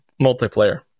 multiplayer